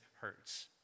hurts